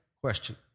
question